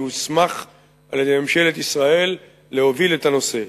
שהוסמך על-ידי ממשלת ישראל להוביל את הנושא.